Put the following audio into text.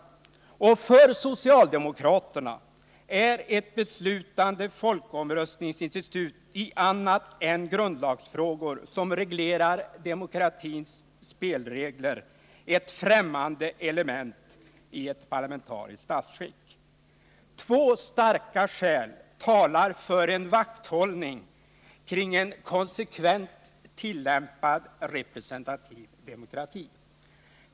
För socialdemokraterna är ett beslutande folkomröstningsinstitut i annat än grundlagsfrågor som reglerar demokratins spelregler ett främmande element i ett parlamentariskt statskick. Två starka skäl talar för en vakthållning kring en konsekvent tillämpad representativ demokrati.